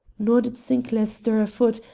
nor did sinclair stir a foot,